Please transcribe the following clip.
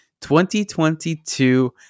2022